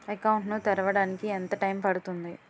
Account ను తెరవడానికి ఎంత టైమ్ పడుతుంది?